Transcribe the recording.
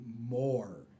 more